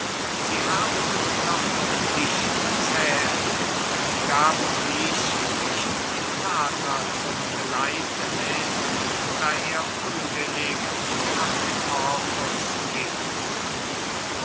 sie haben noch auf dich gezählt sie gaben dich nicht dem vater zum geleite mit da er unwillig nach dem orcus ging